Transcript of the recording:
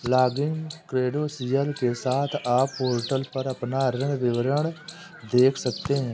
login credential के साथ, आप पोर्टल पर अपना ऋण विवरण देख सकते हैं